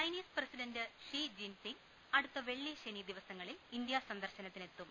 Chinese president Xi Jinping അടുത്ത വെള്ളി ശനി ദിവസങ്ങളിൽ ഇന്ത്യാ സന്ദർശനത്തിനെത്തും